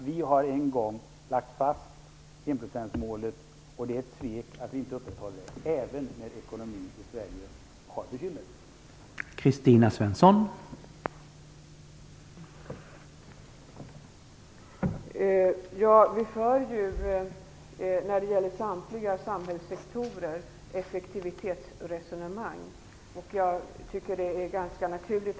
Vi har en gång lagt fast enprocentsmålet, och det är ett svek att inte upprätthålla det även när ekonomin i Sverige befinner sig i ett bekymmersamt läge.